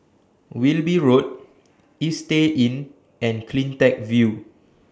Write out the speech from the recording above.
Wilby Road Istay Inn and CleanTech View